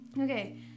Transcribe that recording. Okay